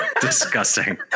disgusting